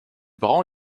parents